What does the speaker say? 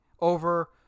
over